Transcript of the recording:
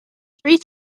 three